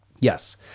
Yes